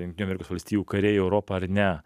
jungtinių amerikos valstijų kariai europą ar ne